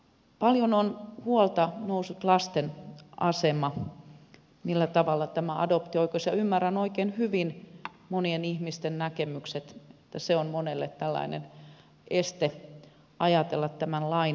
paljon on huolta noussut lasten asemasta millä tavalla tämä adoptio oikeus vaikuttaa ja ymmärrän oikein hyvin monien ihmisten näkemykset ja sen että se on monelle tällainen este ajatella tämän lain puolesta